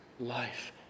Life